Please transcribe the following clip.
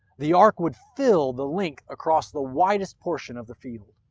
the ark would fill the length across the widest portion of the field.